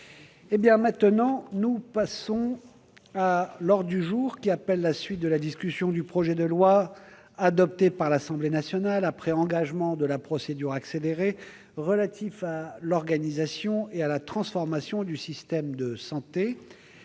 politique du scrutin. L'ordre du jour appelle la suite de la discussion du projet de loi, adopté par l'Assemblée nationale après engagement de la procédure accélérée, relatif à l'organisation et à la transformation du système de santé